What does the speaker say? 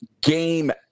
game